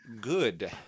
good